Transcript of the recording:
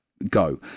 go